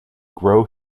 grow